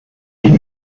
niet